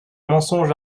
mensonge